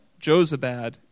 Josabad